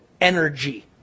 energy